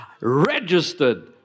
registered